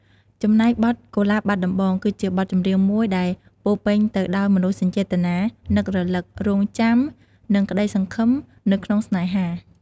ចំណែកបទ កូលាបបាត់ដំបង គឺជាបទចម្រៀងមួយដែលពោរពេញទៅដោយមនោសញ្ចេតនានឹករលឹក រង់ចាំ និងក្តីសង្ឃឹមនៅក្នុងស្នេហា។